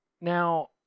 Now